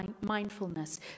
mindfulness